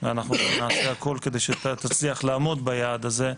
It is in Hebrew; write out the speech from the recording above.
ואנחנו נעשה הכל כדי שאתה תצליח לעמוד ביעד הזה,